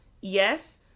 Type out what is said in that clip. Yes